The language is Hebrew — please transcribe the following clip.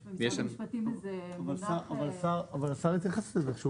יש למשרד המשפטים איזה מונח -- אבל השר התייחס לזה.